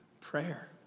prayer